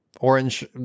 orange